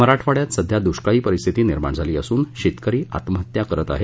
मराठवाङ्यात सध्या दुष्काळी परिस्थिती निर्माण झाली असून शेतकरी आत्महत्या करत आहेत